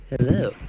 Hello